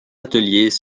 ateliers